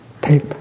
tape